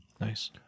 Nice